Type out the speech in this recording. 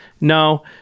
no